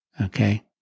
Okay